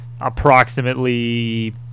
approximately